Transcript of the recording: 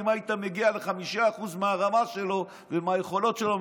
אם היית מגיע ל-5% מהרמה שלו ומהיכולות שלו,